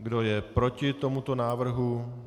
Kdo je proti tomuto návrhu?